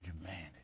Humanity